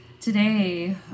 today